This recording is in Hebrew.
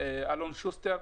אלון שוסטר,